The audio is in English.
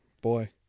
Boy